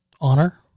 Honor